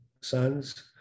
sons